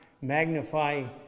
magnify